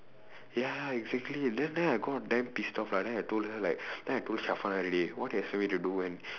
ya exactly then then I got damn pissed off lah then I told her like then I told already what do you expect me to do when